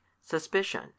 suspicion